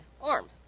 arm